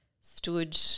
stood –